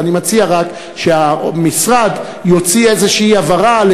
ואני מציע רק שהמשרד יוציא הבהרה כלשהי